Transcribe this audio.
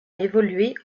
évolué